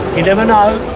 you never know